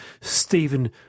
Stephen